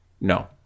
No